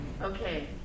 okay